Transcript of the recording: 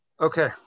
Okay